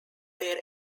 their